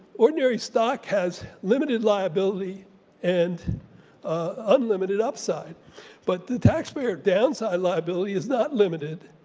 ordinary stock has limited liability and unlimited upside but the taxpayer downside liability is not limited,